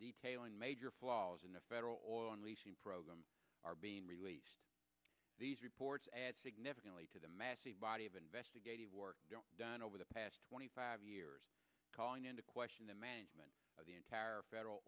detailing major flaws in a federal program are being released these reports add significantly to the massive body of investigative work done over the past twenty five years calling into question the management of the entire federal